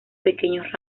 pequeños